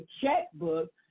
checkbook